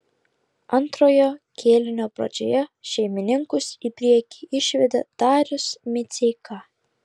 antrojo kėlinio pradžioje šeimininkus į priekį išvedė darius miceika